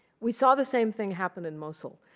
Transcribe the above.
we saw the same thing happen in mosul.